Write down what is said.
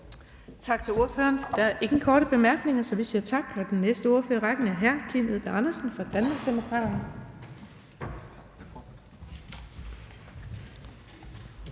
Tak til ordføreren. Der er ikke yderligere korte bemærkninger, og så går vi til den næste ordfører. Det er hr. Kim Edberg Andersen fra Danmarksdemokraterne.